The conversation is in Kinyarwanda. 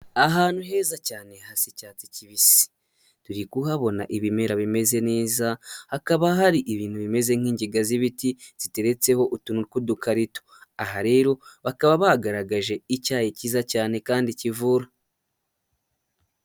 Ahantu heza cyane hasa icyatsi kibisi, turi kuhabona ibimera bimeze neza, hakaba hari ibintu bimeze nk'ingiga z'ibiti ziteretseho utuntu, tw'udukarito aha rero bakaba bagaragaje icyayi cyiza cyane kandi kivura.